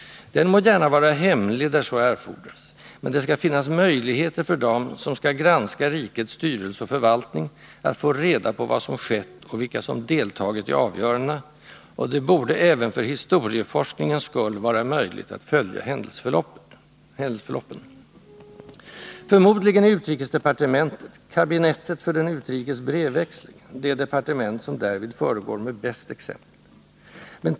Den må gärna vara hemlig, där så erfordras, men det skall finnas möjligheter för dem, som skall granska rikets styrelse och förvaltning, att få reda på vad som skett och vilka som deltagit i avgörandena, och det borde även för historieforskningens skull vara möjligt att följa händelseförloppen. Förmodligen är utrikesdepartementet — kabinettet för den utrikes brevväxlingen — det departement som därvid föregår med bäst exempel.